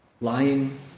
lying